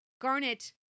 Garnet